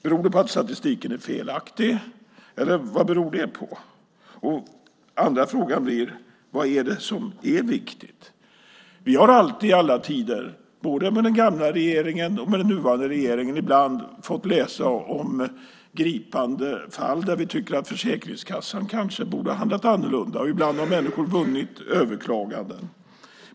Beror det på att statistiken är felaktig, eller vad beror det på? Den andra frågan blir: Vad är det som är viktigt? Vi har i alla tider, både med den gamla regeringen och med den nuvarande regeringen, ibland fått läsa om gripande fall där vi tycker att Försäkringskassan kanske borde ha handlat annorlunda. Ibland har människor vunnit överklaganden.